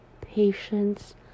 patience